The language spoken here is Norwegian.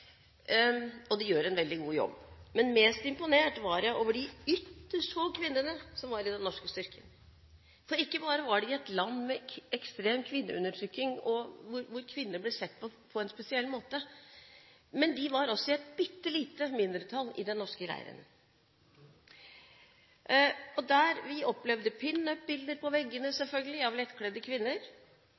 og de gjør en veldig god jobb. Men mest imponert var jeg over de ytterst få kvinnene som var i den norske styrken. Ikke bare var de i et land med ekstrem kvinneundertrykking, hvor kvinner blir sett på på en spesiell måte, de var også i et bitte lite mindretall i den norske leiren. Der opplevde vi å se at det var pinup-bilder, selvfølgelig, av lettkledde kvinner